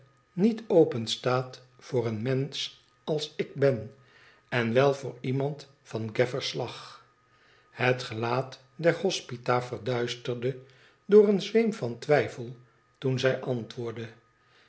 niet openstaat voor een mensch als ik ben en wèl voor iemand van gaffer's slag het gelaat der hospita verduisterde door een zweem van twijfel toen zij antwoordde